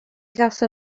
gawson